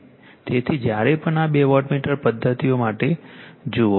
તેથી જ્યારે પણ આ બે વોટમીટર પદ્ધતિઓ માટે જાઓ